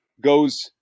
goes